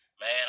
Man